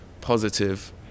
positive